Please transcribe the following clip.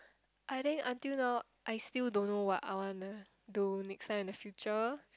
I think until now I still don't know what I wanna do next time in the future